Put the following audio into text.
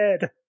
dead